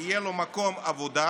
יהיה לו מקום עבודה